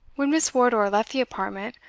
when miss wardour left the apartment,